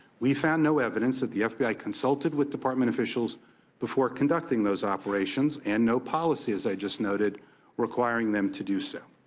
we found no evidence that the f b i. consulted with department officials before conducting those operations and no policy as i just noted requiring them to do so.